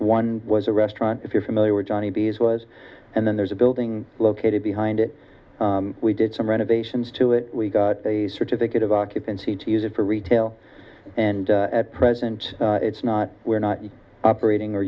one was a restaurant if you're familiar johnny b as well as and then there's a building located behind it we did some renovations to it we got a certificate of occupancy to use it for retail and at present it's not we're not operating